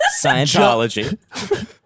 Scientology